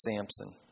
Samson